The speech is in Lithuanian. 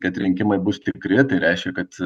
kad rinkimai bus tikri tai reiškia kad